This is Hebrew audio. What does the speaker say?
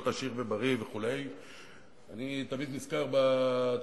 עשיר ובריא וכו' אני תמיד נזכר בתגובה,